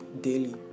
daily